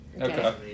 Okay